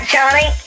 Johnny